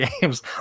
games